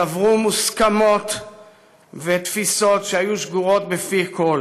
ושברו מוסכמות ותפיסות שהיו שגורות בפי כול.